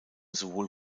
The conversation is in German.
sowohl